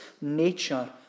nature